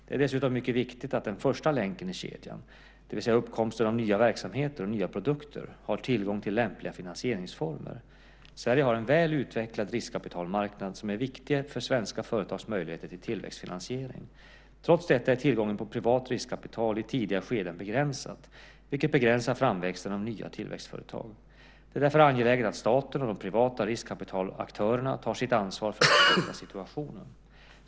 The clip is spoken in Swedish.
Det är dessutom mycket viktigt att den första länken i kedjan, det vill säga uppkomsten av nya verksamheter och nya produkter, har tillgång till lämpliga finansieringsformer. Sverige har en väl utvecklad riskkapitalmarknad som är viktig för svenska företags möjligheter till tillväxtfinansiering. Trots detta är tillgången på privat riskkapital i tidiga skeden begränsad, vilket begränsar framväxten av nya tillväxtföretag. Det är därför angeläget att staten och de privata riskkapitalaktörerna tar sitt ansvar för att förbättra situationen.